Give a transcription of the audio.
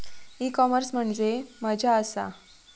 E commerce म्हणजे मझ्या आसा?